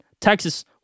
Texas